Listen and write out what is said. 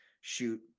shoot